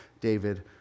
David